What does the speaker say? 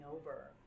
over